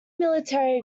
military